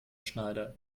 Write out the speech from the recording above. schneider